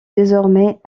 désormais